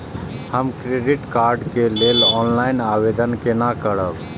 हम credit card के लेल ऑनलाइन आवेदन केना करब?